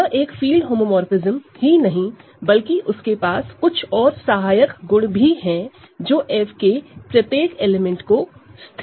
यह एक field homomorphism ही नहीं बल्कि उसके पास कुछ और सहायक गुण भी है जो F के प्रत्येक एलिमेंट को स्थिर करते हैं